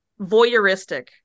voyeuristic